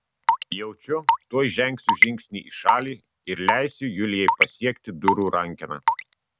jaučiu tuoj žengsiu žingsnį į šalį ir leisiu julijai pasiekti durų rankeną